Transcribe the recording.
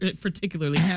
particularly